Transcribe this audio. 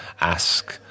ask